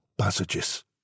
passages